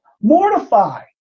mortify